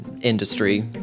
industry